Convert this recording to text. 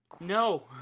No